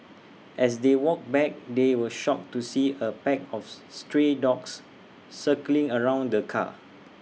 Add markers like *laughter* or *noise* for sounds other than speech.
as they walked back they were shocked to see A pack of *unintelligible* stray dogs circling around the car